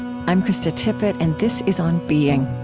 i'm krista tippett, and this is on being.